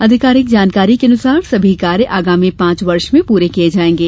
आधिकारिक जानकारी के अनुसार सभी कार्य आगामी पांच वर्ष में पूर्ण किये जाएंगे